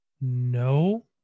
No